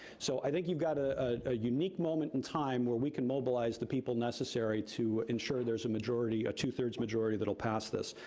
so i think you've got ah a unique moment in time where we can mobilize the people necessary to ensure there's a majority, a two-thirds majority that'll pass this.